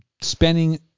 spending